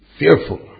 fearful